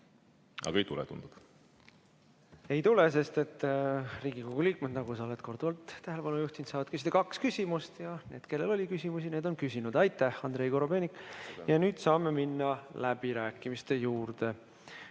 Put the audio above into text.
et ei tule. Ei tule, sest Riigikogu liikmed, nagu sa oled korduvalt tähelepanu juhtinud, saavad küsida kaks küsimust ja need, kellel oli küsimusi, need on küsinud. Aitäh, Andrei Korobeinik! Nüüd saame minna läbirääkimiste juurde.